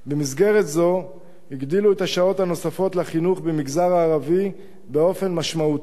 במסגרת זו הגדילו את השעות הנוספות לחינוך במגזר הערבי באופן משמעותי.